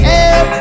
air